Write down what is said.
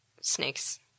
snakes